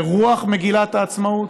ברוח מגילת העצמאות?